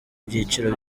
byiciro